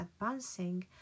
advancing